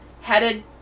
headed